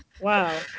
Wow